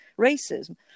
racism